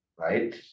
right